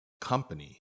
Company